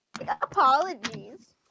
Apologies